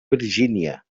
virgínia